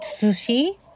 sushi